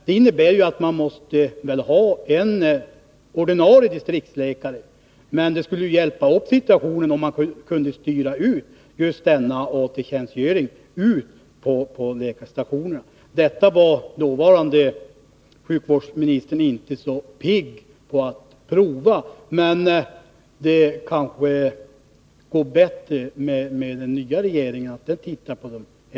Det innebär att det måste finnas en ordinarie distriktsläkare, men det skulle hjälpa upp situationen om man kunde styra AT-tjänstgöringen ut till läkarstationerna. Detta förslag var den dåvarande sjukvårdsministern inte så pigg på att prova, men det kanske går bättre för den nya regeringen att titta på det.